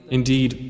indeed